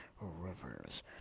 rivers